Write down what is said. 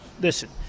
Listen